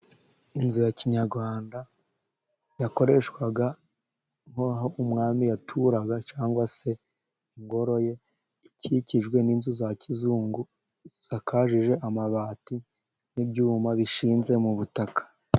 Inzu ya kinyarwanda yakoreshwaga nk'aho umwami yaturaga , cyangwa se ingoro ye, ikikijwe n'inzu za kizungu zisakajije amabati, n'ibyuma bishinze mu butaka.